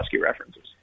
references